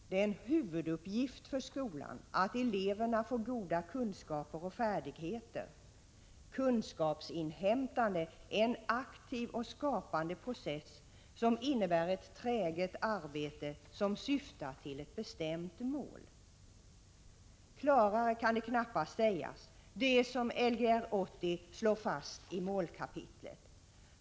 ”Det är en huvuduppgift för skolan att eleverna får goda kunskaper och färdigheter.” ——- ”Kunskapsinhämtande är en aktiv och skapande process och innebär ett träget arbete som syftar till ett bestämt mål.” Klarare kan det knappast sägas, det som Lgr 80 slår fast i målkapitlet.